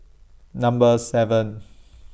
Number seven